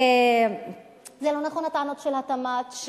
הטענות של התמ"ת,